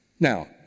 Now